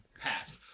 pat